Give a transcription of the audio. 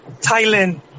Thailand